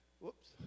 Whoops